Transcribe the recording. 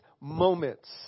moments